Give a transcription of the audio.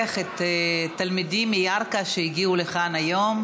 את התלמידים מירכא שהגיעו לכאן היום.